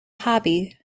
hobby